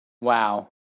Wow